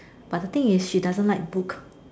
but the thing is she doesn't like book